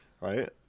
right